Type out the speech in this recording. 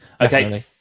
Okay